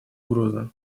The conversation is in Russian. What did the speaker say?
угрозы